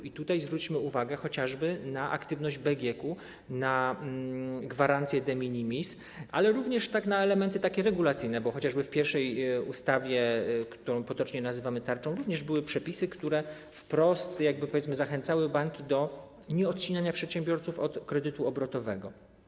I tutaj zwróćmy uwagę chociażby na aktywność BGK, na gwarancje de minimis, ale również na takie elementy regulacyjne, bo chociażby w pierwszej ustawie, którą potocznie nazywamy tarczą, również były przepisy, które, wprost powiedzmy, zachęcały banki do nieodcinania przedsiębiorców od kredytu obrotowego.